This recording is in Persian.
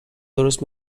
درست